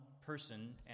person